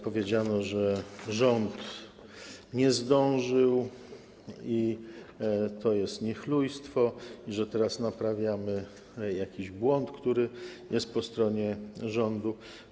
Powiedziano, że rząd nie zdążył i że to jest niechlujstwo, że teraz naprawiamy jakiś błąd, który jest po stronie rządu.